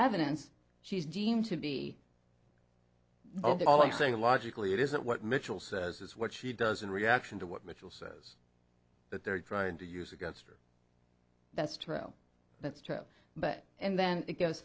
evidence she's deemed to be ok all i'm saying logically it is that what mitchell says is what she does in reaction to what mitchell says that they're trying to use against her that's true that's true but and then it goes